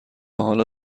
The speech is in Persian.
حالا